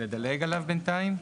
‬‬‬‬‬ נדלג עליו בינתיים?